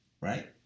Right